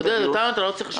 עודד, אותנו אתה לא צריך לשכנע.